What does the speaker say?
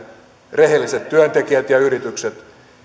rehelliset työntekijät ja yritykset